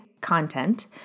content